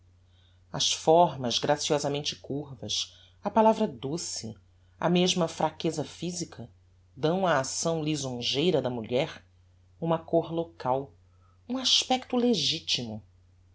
as formas graciosamente curvas a palavra doce a mesma fraqueza physica dão á acção lisonjeira da mulher uma côr local um aspecto legitimo